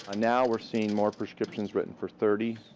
and now we're seeing more prescriptions written for thirty.